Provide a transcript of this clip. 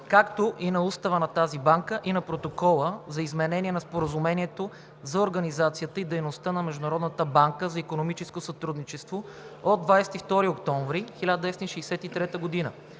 както и на Устава на тази банка и на Протокола за изменение на Споразумението за организацията и дейността на Международната банка за икономическо сътрудничество от 22 октомври 1963 г.